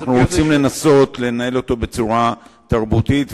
ואנחנו רוצים לנסות לנהל אותו בצורה תרבותית,